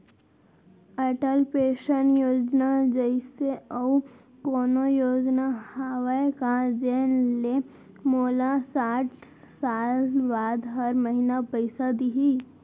Atal pension Yojana जइसे अऊ कोनो योजना हावे का जेन ले मोला साठ साल बाद हर महीना पइसा दिही?